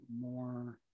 more